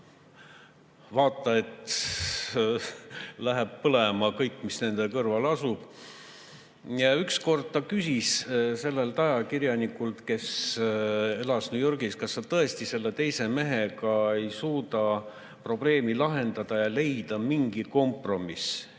vaata et läheb põlema kõik, mis nende kõrval asub. Ja ükskord ta küsis sellelt ajakirjanikult, kes elas New Yorgis, kas ta tõesti selle teise mehega ei suuda probleemi lahendada ja leida mingi kompromissi.